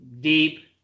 deep